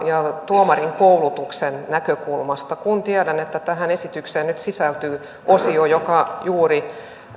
ja tuomarikoulutuksen näkökulmasta kun tiedän että tähän esitykseen nyt sisältyy osio joka juuri